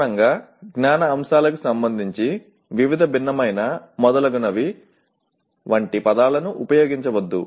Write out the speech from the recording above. అదనంగా జ్ఞాన అంశాలకు సంబంధించి వివిధ భిన్నమైన మొదలగునవి వంటి పదాలను ఉపయోగించవద్దు